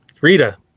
Rita